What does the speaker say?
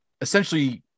essentially